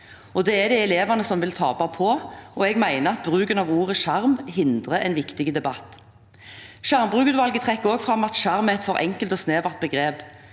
Det er det elevene som vil tape på. Jeg mener bruken av ordet «skjerm» hindrer en viktig debatt. Skjermbrukutvalget trekker også fram at «skjerm» er et for enkelt og snevert begrep.